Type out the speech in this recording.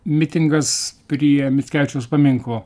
mitingas prie mickevičiaus paminklo